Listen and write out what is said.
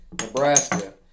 Nebraska